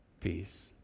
peace